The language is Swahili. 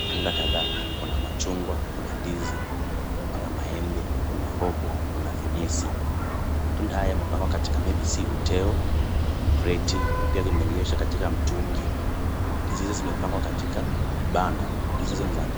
Matunda kadhaa. Kuna machungwa, kuna ndizi, kuna maembe, kuna hoho, kuna fenesi. Matunda haya yamepangwa katika maybe si uteo, kreti. Pia, zimeegeshwa katika mtungi. Ndizi hizo zimepangwa katika kibanda. Ndizi hizo ni za